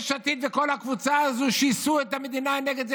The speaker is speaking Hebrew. יש עתיד וכל הקבוצה הזאת שיסו את המדינה נגד זה